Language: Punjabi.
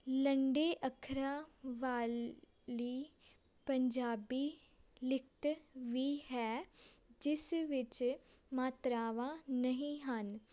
ਲੰਡੇ ਅੱਖਰਾਂ ਵਾਲੀ ਪੰਜਾਬੀ ਲਿਖਤ ਵੀ ਹੈ ਜਿਸ ਵਿੱਚ ਮਾਤਰਾਵਾਂ ਨਹੀਂ ਹਨ